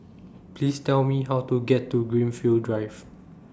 Please Tell Me How to get to Greenfield Drive